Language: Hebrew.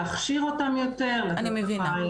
להכשיר אותם יותר --- אני מבינה.